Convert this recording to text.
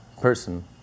person